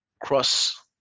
cross